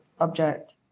object